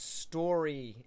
story